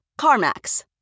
CarMax